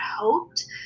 hoped